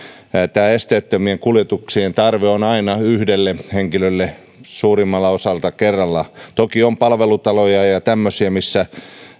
tämä esteettömien kuljetuksien tarve on aina yhdelle henkilölle kerrallaan suurimmalta osalta toki on palvelutaloja ja ja tämmöisiä missä